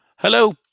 Hello